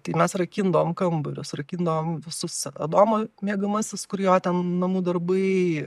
tai mes rakindavom kambarius rakindavom visus adomo miegamasis kur jo ten namų darbai